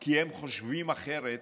כי הם חושבים אחרת